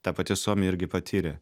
ta pati suomija irgi patyrė